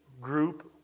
group